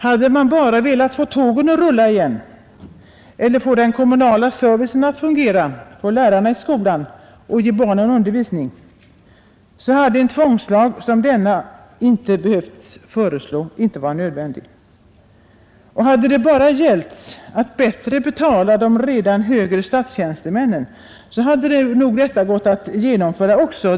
Hade man bara velat få tågen att rulla igen eller få den kommunala servicen att fungera och lärarna i skolan för att ge barnen undervisning, så hade en tvångslag som denna inte varit nödvändig. Hade det bara gällt att bättre betala de redan välavlönade högre statstjänstemännen hade detta gått att genomföra också.